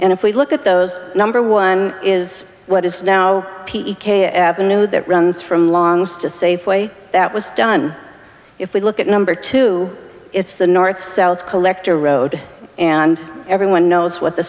and if we look at those number one is what is now p k avenue that runs from longs to safeway that was done if we look at number two it's the north south collector road and everyone knows what the